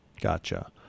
Gotcha